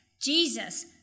Jesus